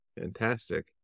Fantastic